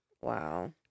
Wow